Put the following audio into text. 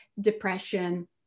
depression